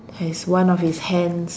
has one of his hands